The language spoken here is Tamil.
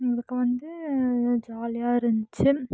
எங்களுக்கு வந்து ஜாலியாக இருந்துச்சு